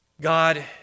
God